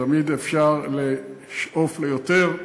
תמיד אפשר לשאוף ליותר,